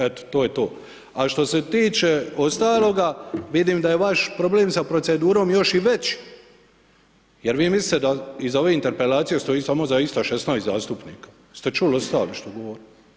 Eto, to je to, a što se tiče ostaloga vidim da je vaš problem sa procedurom još i veći jer vi mislite da iza ove interpelacije stoji samo zaista 16 zastupnika, jeste čuli ostali što govore?